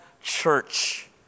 church